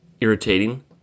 irritating